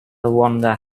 wonder